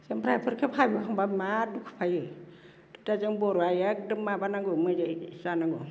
जोंफ्रा इफोरखो भाबिखांब्ला मार दुखु फायो दा जों बर'आ एखदम माबानांगौ मिलाय जानांगौ